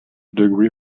degree